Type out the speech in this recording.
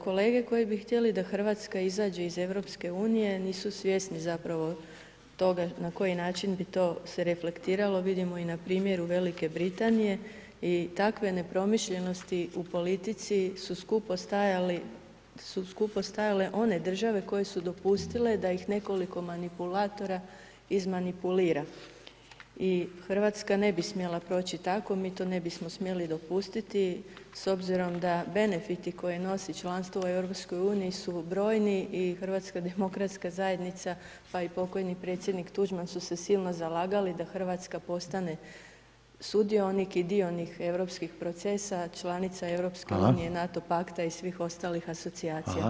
Kolege koji bi htjeli da RH izađe iz EU nisu svjesni zapravo toga na koji način bi to se reflektiralo, vidimo i na primjeru Velike Britanije i takve nepromišljenosti u politici su skupo stajale one države koje su dopustile da ih nekoliko manipulatora izmanipulira i RH ne bi smjela proći tako, mi to ne bismo smjeli dopustiti s obzirom da benefiti koje nosi članstvo u EU su brojni i HDZ, pa i pok. predsjednik Tuđman su se silno zalagali da RH postane sudionik i dionik europskih procesa, članica EU [[Upadica: Hvala]] , Nato pakta i svih ostalih asocijacija.